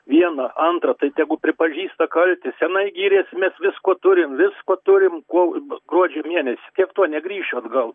viena antra tai tegu pripažįsta kaltę senai gyrės mes visko turim visko turim kol gruodžio mėnesį tiek to negrįšiu atgal